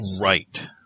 right